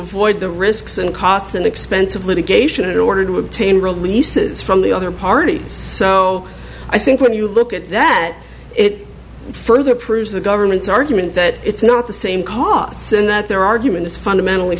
avoid the risks and costs and expense of litigation in order to obtain releases from the other party so i think when you look at that it further proves the government's argument that it's not the same costs and that their argument is fundamentally